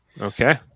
Okay